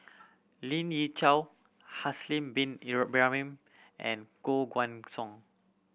Lien Ying Chow Haslir Bin Ibrahim and Koh Guan Song